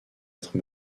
être